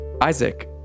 Isaac